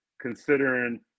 considering